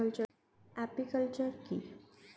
Apiculture কি?